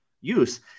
use